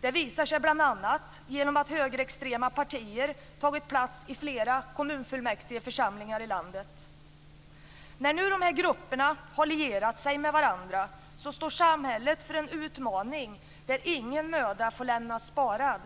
Det visar sig bl.a. genom att högerextrema partier tagit plats i flera kommunfullmäktigeförsamlingar i landet. När nu de här grupperna har lierat sig med varandra står samhället inför en utmaning där ingen möda får lämnas sparad.